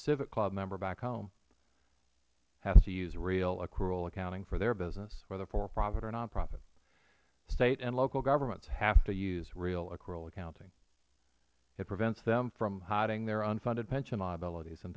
civic club member back home has to use real accrual accounting for their business whether they are for profit or non profit state and local governments have to use real accrual accounting it prevents them from hiding their unfunded pension liabilities and